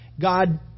God